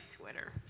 Twitter